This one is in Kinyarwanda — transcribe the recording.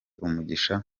umugisha